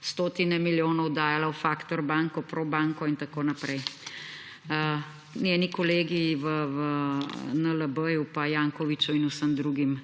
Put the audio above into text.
stotine milijonov dajala v Faktor banko, Probanko in tako naprej. Njeni kolegi v NLB-ju pa Jankoviću in vsem drugim